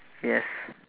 yes